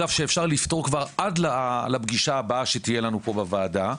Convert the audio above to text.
לפתור עד לפגישה הבאה שתהיה לנו פה בוועדה.